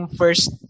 first